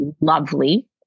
Lovely